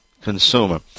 consumer